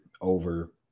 over